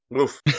Oof